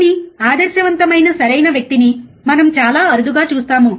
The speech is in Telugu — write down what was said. కానీ ఆదర్శవంతమైన సరియైన వ్యక్తిని మనము చాలా అరుదుగా చూస్తాము